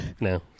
No